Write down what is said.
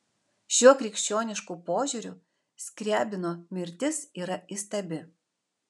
šiuo krikščionišku požiūriu skriabino mirtis yra įstabi